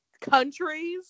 countries